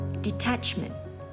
detachment